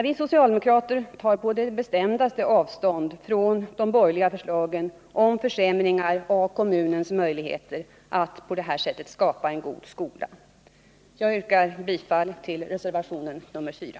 Vi socialdemokrater tar på det bestämdaste avstånd från de borgerliga förslagen till försämringar av kommunernas möjligheter att skapa en god skola. Jag yrkar bifall till reservationen 4.